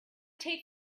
take